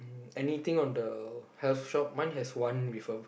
anything on the health shop mine has one with a